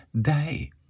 day